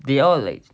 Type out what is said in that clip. they all like